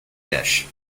dish